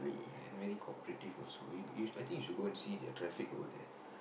and very cooperative also you you I think you should go and see the traffic over there